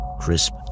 Crisp